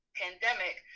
pandemic